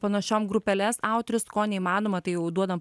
panašiom grupeles autorius ko neįmanoma tai jau duodam